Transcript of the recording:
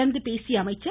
தொடர்ந்து பேசிய அவர்